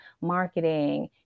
marketing